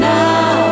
now